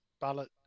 ballot